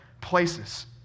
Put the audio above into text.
places